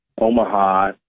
Omaha